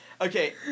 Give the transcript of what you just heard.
Okay